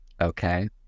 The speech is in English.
Okay